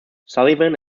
sullivan